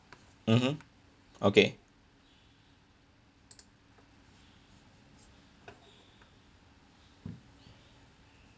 mmhmm okay